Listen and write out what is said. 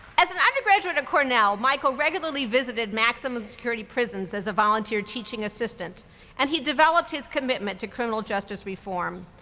as an undergraduate at cornell, michael regularly visited maximum security prisons as a volunteer teaching assistant and he developed his commitment to criminal justice reform.